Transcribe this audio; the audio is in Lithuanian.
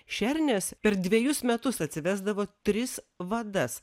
šernės per dvejus metus atsivesdavo tris vadas